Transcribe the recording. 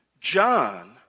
John